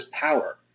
power